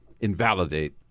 invalidate